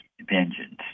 vengeance